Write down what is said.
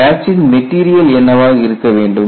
batch சின் material என்னவாக இருக்க வேண்டும்